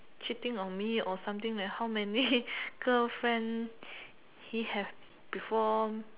cheating on me or something like how many girlfriend he have before